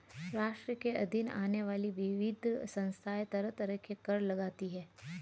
राष्ट्र के अधीन आने वाली विविध संस्थाएँ तरह तरह के कर लगातीं हैं